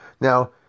Now